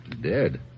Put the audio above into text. Dead